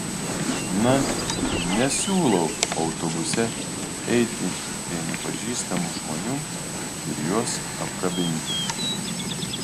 na nesiūlau autobuse eiti prie nepažįstamų žmonių ir juos apkabinti